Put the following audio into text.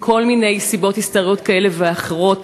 מכל מיני סיבות היסטוריות כאלה ואחרות.